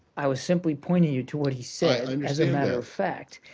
i was simply pointing you to what he said as a matter of fact.